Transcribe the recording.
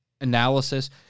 analysis